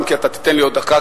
אם כי תיתן לי עוד דקה,